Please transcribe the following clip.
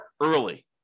early